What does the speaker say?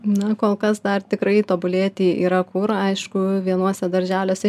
na kol kas dar tikrai tobulėti yra kur aišku vienuose darželiuose